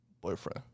boyfriend